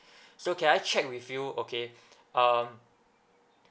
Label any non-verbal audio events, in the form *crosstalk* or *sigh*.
*breath* so can I check with you okay um